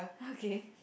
okay